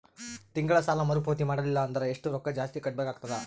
ತಿಂಗಳ ಸಾಲಾ ಮರು ಪಾವತಿ ಮಾಡಲಿಲ್ಲ ಅಂದರ ಎಷ್ಟ ರೊಕ್ಕ ಜಾಸ್ತಿ ಕಟ್ಟಬೇಕಾಗತದ?